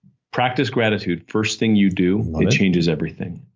practice gratitude first thing you do. it changes everything.